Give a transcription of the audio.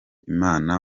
imana